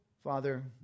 Father